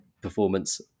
performance